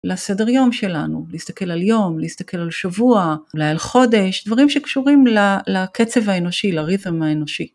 לסדר יום שלנו. להסתכל על יום, להסתכל על שבוע, אולי על חודש, דברים שקשורים ל-לקצב האנושי, ל- rhythm האנושי.